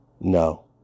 No